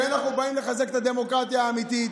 כי אנחנו באים לחזק את הדמוקרטיה האמיתית,